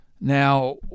Now